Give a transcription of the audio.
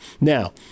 Now